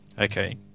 Okay